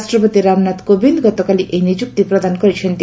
ରାଷ୍ଟପତି ରାମନାଥ କୋବିନ୍ଦ ଗତକାଲି ଏହି ନିଯୁକ୍ତି ପ୍ରଦାନ କରିଛନ୍ତି